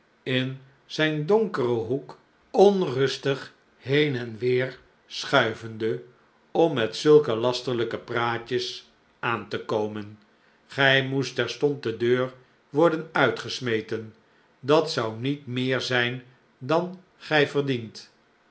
in zijn donkeren hoek onrustig heen en weer schuivende om met zulke lasterlijke praatjes aan te komen gij moest terstond de deur worden uitgesmeten dat zou niet meer zijn dan gij verdient